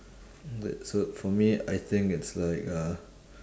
like so for me I think it's like uh